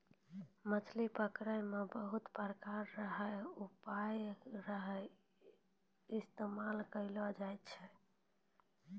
मछली पकड़ै मे बहुत प्रकार रो उपकरण रो इस्तेमाल करलो जाय छै